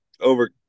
over